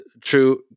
true